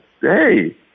hey